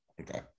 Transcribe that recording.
Okay